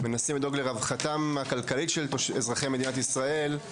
מנסים לדאוג לרווחתם הכלכלית של אזרחי מדינת ישראל,